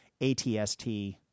ATST